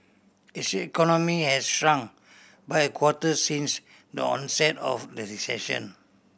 its economy has shrunk by a quarter since the onset of the recession